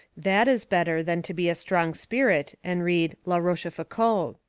that is better than to be a strong spirit and read la rochefoucauld.